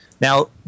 Now